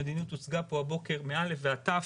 המדיניות הוצגה פה הבוקר מ-א' ועד ת'